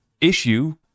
issue